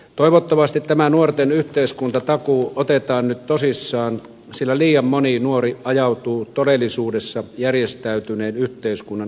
toivottavasti tämä nuorten yhteiskuntatakuu otetaan nyt tosissaan sillä liian moni nuori ajautuu todellisuudessa järjestäytyneen yhteiskunnan ulkopuolelle